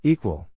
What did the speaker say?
Equal